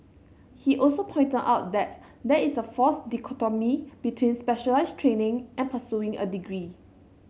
he also pointed out that there is a false dichotomy between specialised training and pursuing a degree